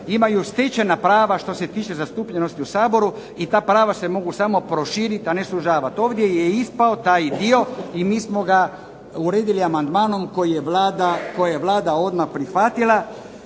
imaju stečena prava što se tiče zastupljenosti u Saboru i ta prava se mogu samo proširiti a ne sužavati. Ovdje je ispao taj dio i mi smo ga uredili amandmanom koji je Vlada odmah prihvatila,